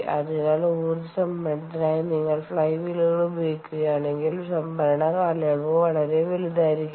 അതിനാൽ ഊർജ്ജ സംഭരണത്തിനായി നിങ്ങൾ ഫ്ലൈ വീലുകൾ ഉപയോഗിക്കുകയാണെങ്കിൽ സംഭരണ കാലയളവ് വളരെ വലുതായിരിക്കും